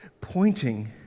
pointing